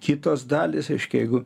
kitos dalys reiškia jeigu